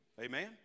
Amen